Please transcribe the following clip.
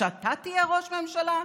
שאתה תהיה ראש הממשלה?